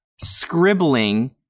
scribbling